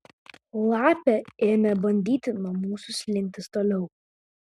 lapė ėmė bandyti nuo mūsų slinktis toliau